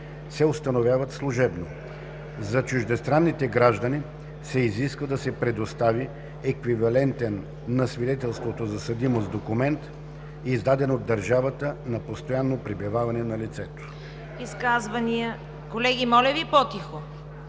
се установяват служебно. За чуждестранните граждани се изисква да се предостави еквивалентен на свидетелство за съдимост документ, издаден от държавата на постоянно пребиваване на лицето.“ (Шум и реплики.)